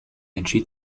entschied